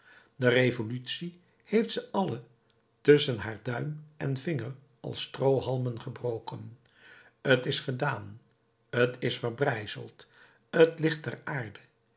de revolutie heeft ze alle tusschen haar duim en vinger als stroohalmen gebroken t is gedaan t is verbrijzeld t ligt ter aarde